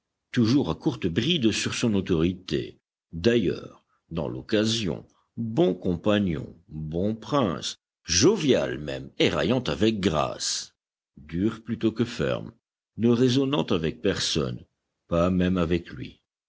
toujours à courte bride sur son autorité d'ailleurs dans l'occasion bon compagnon bon prince jovial même et raillant avec grâce dur plutôt que ferme ne raisonnant avec personne pas même avec lui